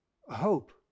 hope